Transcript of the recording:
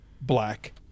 black